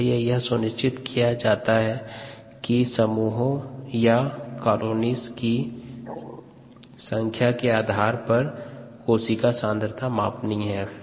इसलिए यह सुनिश्चित किया जाता हैं कि समूहों या कॉलोनिस की संख्या के आधार पर कोशिका सांद्रता मापनीय है